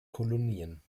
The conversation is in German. kolonien